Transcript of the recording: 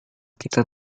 kita